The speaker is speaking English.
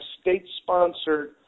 state-sponsored